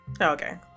Okay